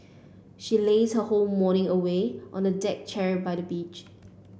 she lazed her whole morning away on the deck chair by the beach